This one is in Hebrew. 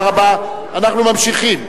34 בעד, 49 נגד, אין נמנעים.